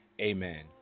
Amen